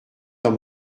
dans